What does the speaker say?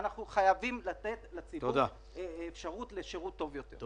אנחנו חייבים לתת לציבור אפשרות לשירות טוב יותר.